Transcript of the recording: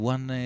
One